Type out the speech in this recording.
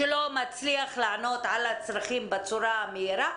שלא מצליח לענות על הצרכים בצורה המהירה.